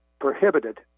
prohibited